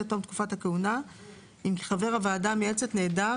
תום תקופת הכהונה אם חבר הוועדה המייעצת נעדר